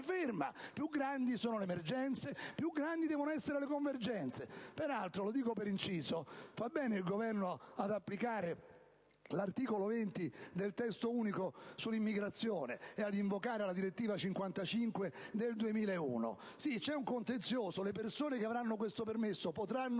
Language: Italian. ferma. Più grandi sono le emergenze, più grandi devono essere le convergenze. Peraltro - lo dico per inciso - fa bene il Governo ad applicare l'articolo 20 del testo unico sull'immigrazione e ad invocare la direttiva 2001/55/CE, su cui c'è un contenzioso: le persone che disporranno di questo permesso temporaneo